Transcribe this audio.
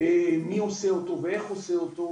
מי עושה אותו ואיך עושה אותו,